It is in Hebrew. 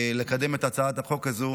לקדם את הצעת החוק הזו,